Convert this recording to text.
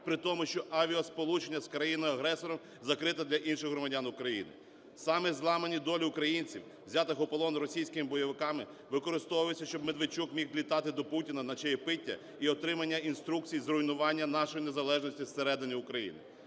при тому, що авіасполучення з країною-агресором закрито для інших громадян України. Саме зламані долі українців, взятих у полон російськими бойовиками, використовуються, щоб Медведчук міг літати до Путіна на чаєпітіє і отримання інструкцій зруйнування нашої незалежності всередині України.